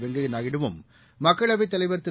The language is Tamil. வெங்கைய நாயுடுவும் மக்களவைத் தலைவர் திரு